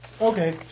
Okay